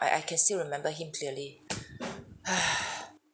I I can still remember him clearly !huh!